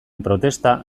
protesta